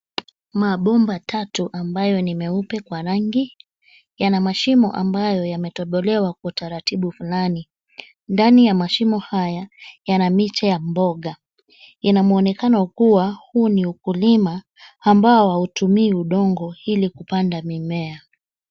Mabomba tatu ambayo ni meupe kwa rangi yana mashimo ambayo yametobolewa kwa utaratibu fulani. Ndani ya mashimo haya yana miche ya mboga ina muonekano kuwa huu ni ukulima ambao hautumi udongo ili kupanda mimea.